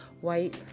white